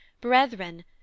brethren